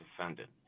defendant